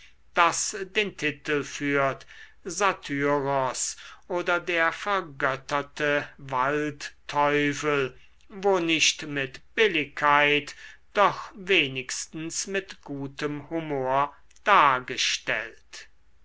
das den titel führt satyros oder der vergötterte waldteufel wo nicht mit billigkeit doch wenigstens mit gutem humor dargestellt